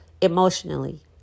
Emotionally